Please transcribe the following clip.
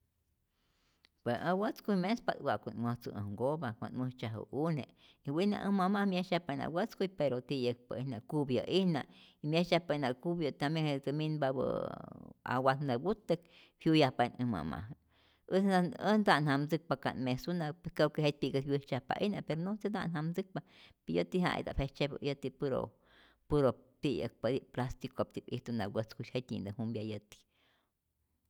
Pue äj wätzkuy mespa't wa'ku't wäjtzu äj nkopajk, wa't wäjtzyaju une', wina' äj mama' myesyajpa'ijna wätzkuy, pero ti'yäkpä'ijna kupyä'ijna, myesyajpa'ijna kyupyä' tambien jetä minpapä ää awat näput'täk, jyuyajpa'ijna äj mama', äj äj nta'at jamtzäkpa ka't mesuna, creo que jetpi'kä't wyäjtzyajpa'ijna pe no se nta'at jamtzäkpa, yäti ja' itap jejtzyepä, yäti puro puro ti'yäkpäti'p plastikopti'p ijtuna wätzkuy, jety'tyi'ntä jumpya yäti.